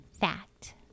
Fact